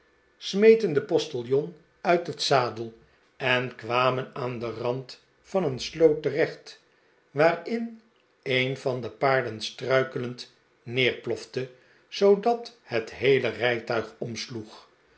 smeten den postiljon uit den zadel en kwamen aan den rand van een sloot terecht waarin een van de paarden struikelend neerplofte zoodat het heele rijtuig omsloeg